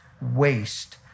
waste